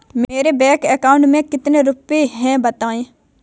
मेरे bank account में कितने रुपए हैं बताएँ?